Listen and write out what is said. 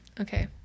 okay